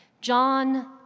John